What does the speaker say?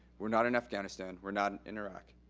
we're not in afghanistan, we're not in iraq,